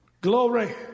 Glory